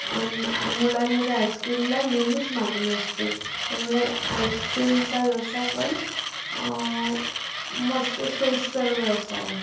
अन मुलांमध्ये आइस्क्रीमला नेहमीच मागणी असते त्यामुळे आईस्क्रीमचा व्यवसाय पण मस्त सोयीस्कर व्यवसाय आहे